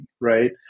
right